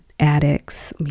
addicts